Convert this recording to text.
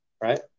right